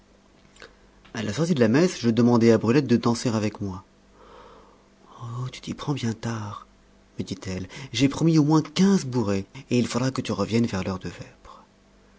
à la sortie de la messe je demandai à brulette de danser avec moi oh tu t'y prends bien tard me dit-elle j'ai promis au moins quinze bourrées et il faudra que tu reviennes vers l'heure de